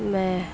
میں